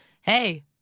hey